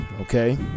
Okay